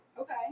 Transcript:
okay